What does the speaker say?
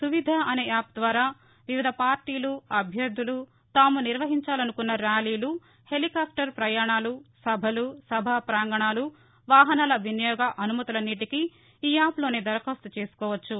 సువిధ అనే యాప్ ద్వారా వివిధ పార్టీలు అభ్యర్థలు తాము నిర్వహించాలనుకున్న ర్యాలీలు హెలికాప్టర్ ప్రయాణాలు సభలు సభా ప్రాంగణాలు వాహనాల వినియోగ అనుమతులన్నింటికీ ఈ యాప్లోనే దరఖాస్తు చేసుకోవచ్చు